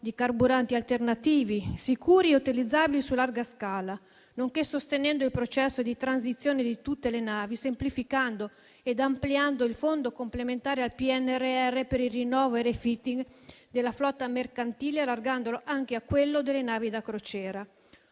di carburanti alternativi, sicuri e utilizzabili su larga scala, nonché sostenendo il processo di transizione di tutte le navi, semplificando ed ampliando il Fondo complementare al PNRR per il rinnovo e il *refitting* della flotta mercantile, allargandolo anche a quello delle navi da crociera.